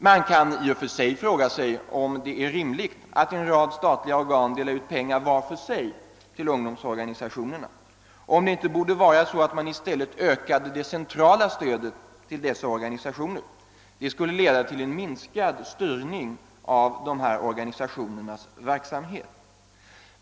Man kan i och för sig fråga sig om det är rimligt att en rad statliga organ delar ut pengar var för sig till ungdomsorganisationerna, och om man inte i stället borde öka det centrala stödet till dessa organisationer, vilket skulle leda till en minskad statlig styrning av deras verksamhet.